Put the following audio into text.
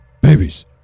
Babies